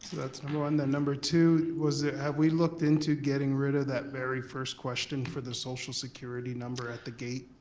that's number one, then number two, was there, have we looked into getting rid of that very first question for the social security number at the gate?